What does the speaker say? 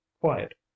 quiet